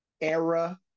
era